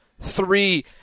three